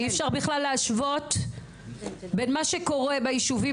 אי אפשר בכלל להשוות בין מה שקורה בישובים